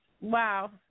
wow